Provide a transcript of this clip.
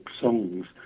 songs